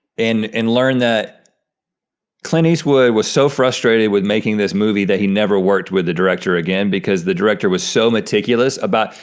and learned that clint eastwood was so frustrated with making this movie that he never worked with the director again because the director was so meticulous about,